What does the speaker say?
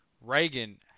Reagan